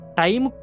time